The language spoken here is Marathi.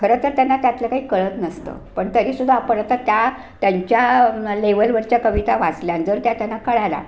खरंतर त्यांना त्यातलं काही कळत नसतं पण तरी सुद्धा आपण आता त्या त्यांच्या लेवलवरच्या कविता वाचल्या आणि जर त्या त्यांना कळल्या